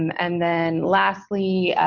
and then lastly,